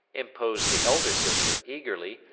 interposed the elder sister, eagerly,